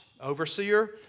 overseer